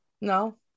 No